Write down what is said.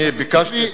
אני ביקשתי,